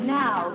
now